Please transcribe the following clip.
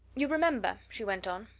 you remember, she went on,